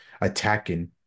attacking